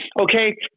Okay